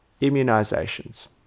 immunizations